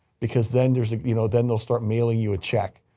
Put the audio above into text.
because then there's a, you know, then they'll start mailing you a check.